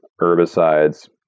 herbicides